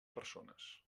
persones